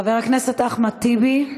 חבר הכנסת אחמד טיבי,